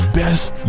best